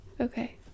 Okay